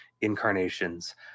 incarnations